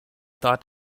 thought